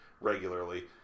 regularly